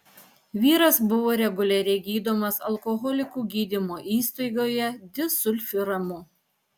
vyras buvo reguliariai gydomas alkoholikų gydymo įstaigoje disulfiramu